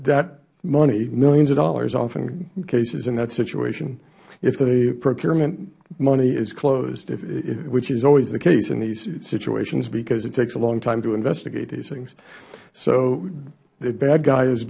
that money millions of dollars often cases in that situation if the procurement money is closed which is always the case in these situations because it takes a long time to investigate these things so the bad guy is